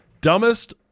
Dumbest